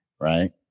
right